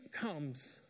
comes